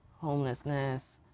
homelessness